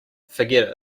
forget